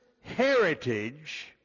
heritage